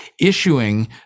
issuing